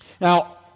Now